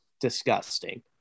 disgusting